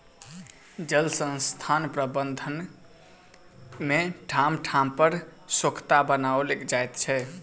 जल संसाधन प्रबंधन मे ठाम ठाम पर सोंखता बनाओल जाइत छै